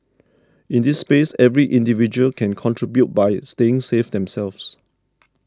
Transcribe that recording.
in this space every individual can contribute by staying safe themselves